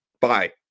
bye